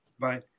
Bye